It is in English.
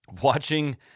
watching